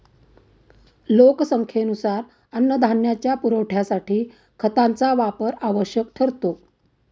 लोकसंख्येनुसार अन्नधान्याच्या पुरवठ्यासाठी खतांचा वापर आवश्यक ठरतो